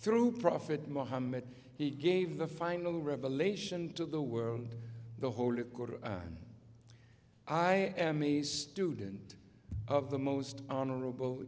through prophet mohammed he gave the final revelation to the world the holy i am a student of the most honorable